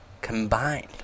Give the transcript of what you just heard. combined